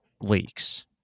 leaks